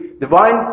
divine